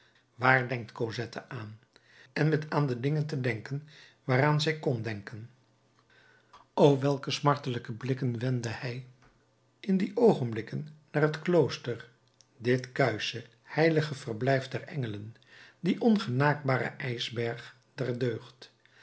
waar denkt cosette aan en met aan de dingen te denken waaraan zij kon denken o welke smartelijke blikken wendde hij in die oogenblikken naar het klooster dit kuische heilige verblijf der engelen dien ongenaakbaren ijsberg der deugd